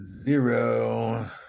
zero